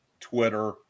Twitter